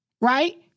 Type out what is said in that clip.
right